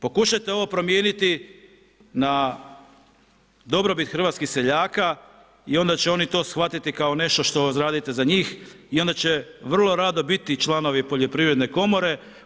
Pokušajte ovo promijeniti na dobrobit hrvatskih seljaka i onda će oni to shvatiti kao nešto što radite za njih i onda će vrlo rado biti članovi poljoprivredne komore.